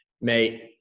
mate